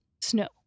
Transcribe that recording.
Snow